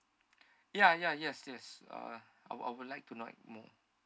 ya ya yes yes uh I I would like to know it more